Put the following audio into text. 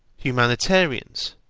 humanitarians,